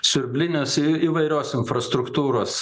siurblinės i įvairios infrastruktūros